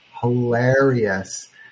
hilarious